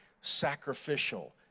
sacrificial